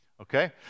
Okay